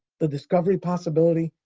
the discovery possibility?